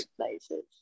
places